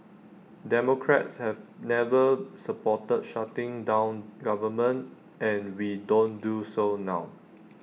democrats have never supported shutting down government and we don't do so now